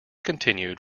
continued